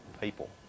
people